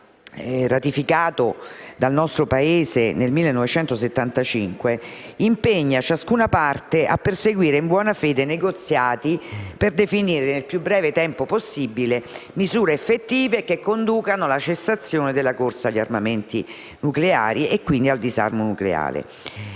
armi nucleari, ratificato dal nostro Paese nel 1975, impegna ciascuna parte a perseguire in buona fede negoziati per definire nel più breve tempo possibile misure effettive che conducano alla cessazione della corsa agli armamenti nucleari e quindi al disarmo nucleare.